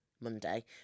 Monday